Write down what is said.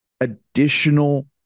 additional